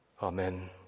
Amen